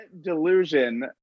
delusion